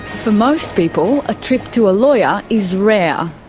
for most people, a trip to a lawyer is rare.